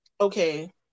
Okay